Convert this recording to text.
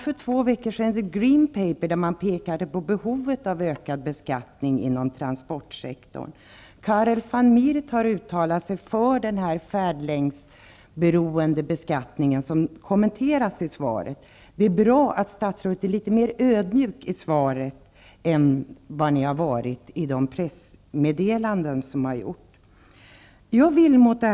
För två veckor sedan kom ett exemplar av the Green Paper, där behovet av ökad beskattning inom transportsektorn tas upp. Karl van Miert har uttalat sig för den färdlängdsberoende beskattningen som kommenteras i svaret. Det är bra att statsrådet är litet mer ödmjuk i svaret än vad han har varit i pressmeddelandena.